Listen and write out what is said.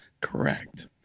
Correct